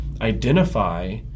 identify